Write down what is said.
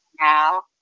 now